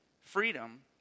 Freedom